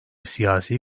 siyasi